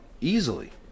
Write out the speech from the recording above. easily